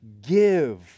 give